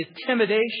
intimidation